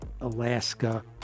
Alaska